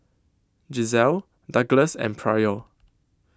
Gisele Douglas and Pryor